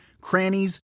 crannies